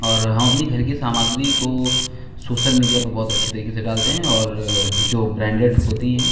और हम अपनी घर की सामग्री को सोसल मीडिया पे बहुत अच्छी तरीके से डालते हैं और जो ब्रैन्डेड होती हैं